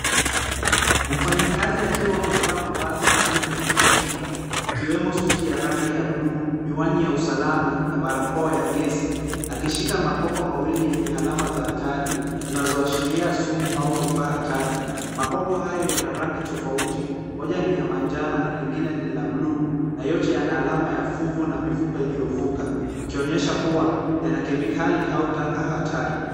Mfanyikazi akiwa amevaa mavazi maalum ya kujikinga, ikiwemo suti ya rangi ya bluu, miwani ya usalama na barakoa ya gesi. Akishika makopo mawili yenye alama za hatari, zinazoashiria sumu au vifaa hatari. Makopo hayo yana rangi tofauti; moja ni ya manjano na lingine ni la bluu na yote yana alama ya fuvu na mifupa iliyovuka, ikionyesha kuwa yana kemikali au taka hatari.